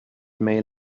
may